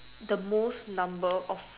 the most number of